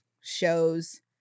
shows